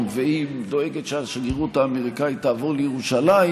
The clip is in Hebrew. אדוני השר, ההישגים שלך הם מצוינים.